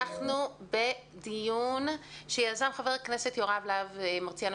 אנחנו בדיון שיזם חבר הכנסת יוראי להב הרצנו,